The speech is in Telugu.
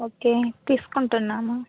ఓకే తీసుకుంటున్నాము